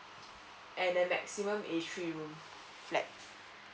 and the maximum is three room flat